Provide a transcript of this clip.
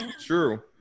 True